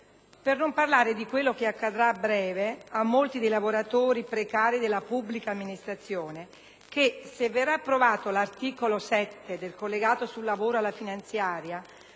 Per non parlare di quello che accadrà a breve a molti dei lavoratori precari della pubblica amministrazione che, se verrà approvato l'articolo 7 del collegato sul lavoro alla finanziaria,